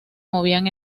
movían